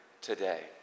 today